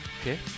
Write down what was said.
Okay